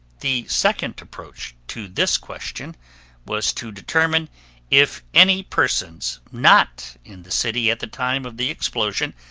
the second approach to this question was to determine if any persons not in the city at the time of the explosion,